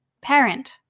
parent